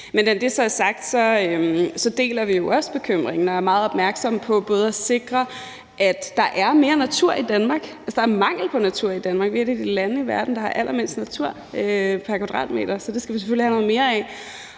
det så er sagt, deler vi også bekymringen og er meget opmærksomme på at sikre, at der er mere natur i Danmark. Der er mangel på natur i Danmark; vi er et af de lande i verden, der har allermindst natur pr. kvadratmeter, så det skal vi selvfølgelig have noget mere af.